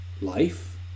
life